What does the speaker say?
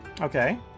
Okay